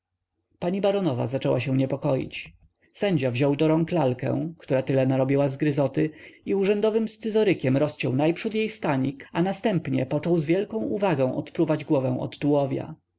pani baronowa zaczęła się niepokoić sędzia wziął do rąk lalkę która tyle narobiła zgryzoty i urzędowym scyzorykiem rozciął najprzód jej stanik a następnie począł z wielką uwagą odpruwać głowę od tułowia